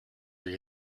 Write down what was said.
you